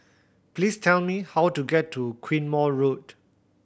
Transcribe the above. please tell me how to get to Quemoy Road